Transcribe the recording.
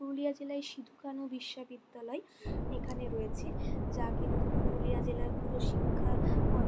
পুরুলিয়া জেলায় সিধু কানহো বিশ্ববিদ্যালয় এখানে রয়েছে যা কিন্তু পুরুলিয়া জেলার পুরো শিক্ষাগত